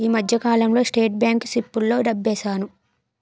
ఈ మధ్యకాలంలో state bank సిప్పుల్లో డబ్బేశాను